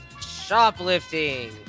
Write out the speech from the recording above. Shoplifting